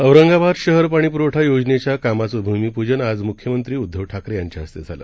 औरंगाबादशहरपाणीपुरवठायोजनेच्याकामाचंभूमीपुजनआजमुख्यमंत्रीउद्धवठाकरेयांच्याहस्तेझालं